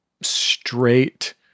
straight